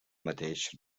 mateix